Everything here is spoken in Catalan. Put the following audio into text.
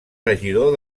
regidor